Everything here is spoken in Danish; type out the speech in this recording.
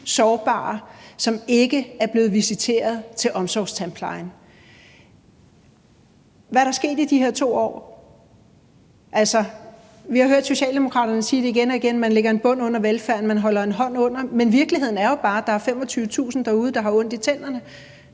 borgere, som ikke er blevet visiteret til omsorgstandplejen. Hvad er der sket i de her 2 år? Altså, vi har hørt Socialdemokraterne sige det igen og igen, nemlig at man lægger en bund under velfærden og man holder en hånd under det. Men virkeligheden er jo bare, at der er 25.000 derude, der har ondt i tænderne,